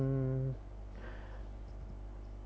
mm